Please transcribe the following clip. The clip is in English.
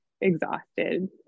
exhausted